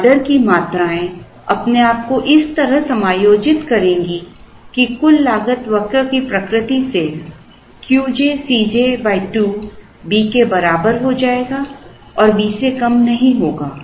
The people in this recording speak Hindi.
ऑर्डर की मात्राएँ अपने आप को इस तरह समायोजित करेंगी कि कुल लागत वक्र की प्रकृति से Q j Cj 2 B के बराबर हो जाएगा और B से कम नहीं होगा